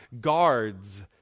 Guards